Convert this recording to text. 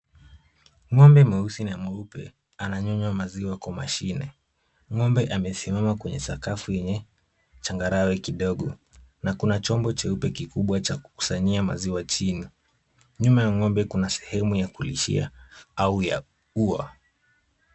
Ng'ombe mweusi na mweupe ananyonywa maziwa kwa mashine. Ng'ombe amesimama kwenye sakafu yenye changarawe kidogo na kuna chombo cheupe kikubwa cha kukusanyia maziwa chini. Nyuma ya ng'ombe kuna sehemu ya kulishia au ya ua.